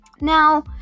Now